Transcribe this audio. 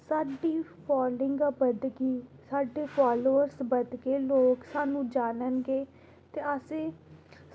साढ़ी फॉलोइंग बधगी साढ़े फॉलोअर्स बधगे ते लोग सानूं जानन गे